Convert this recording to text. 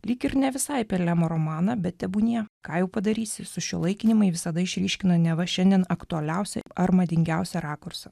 lyg ir ne visai apie lemo romaną bet tebūnie ką jau padarysi sušiuolaikinimai visada išryškina neva šiandien aktualiausią ar madingiausią rakursą